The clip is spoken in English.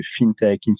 FinTech